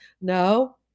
No